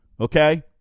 Okay